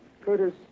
Curtis